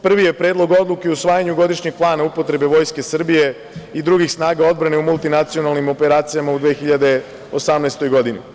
Prvi je Predlog odluke o usvajanju godišnjeg plana upotrebe Vojske Srbije i drugih snaga odbrane u multinacionalnim operacijama u 2018. godini.